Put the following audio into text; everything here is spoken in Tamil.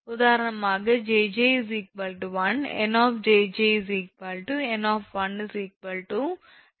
உதாரணமாக 𝑗𝑗 1 𝑁 𝑗𝑗 𝑁 7